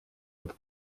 aber